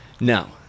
Now